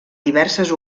diverses